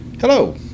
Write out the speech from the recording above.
Hello